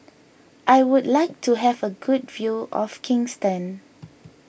I would like to have a good view of Kingston